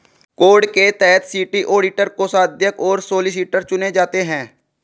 code के तहत city auditor, कोषाध्यक्ष और सॉलिसिटर चुने जाते हैं